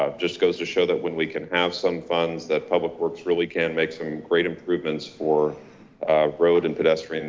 um just goes to show that when we can have some funds that public works really can make some great improvements for road and pedestrian